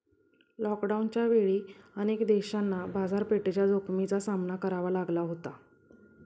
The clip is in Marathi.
लॉकडाऊनच्या वेळी अनेक देशांना बाजारपेठेच्या जोखमीचा सामना करावा लागला होता